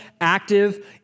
active